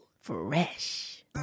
Fresh